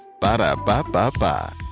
Ba-da-ba-ba-ba